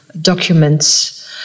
documents